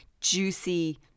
juicy